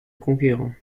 conquérant